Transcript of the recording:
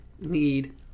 need